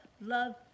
love